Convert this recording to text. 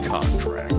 Contract